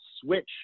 switch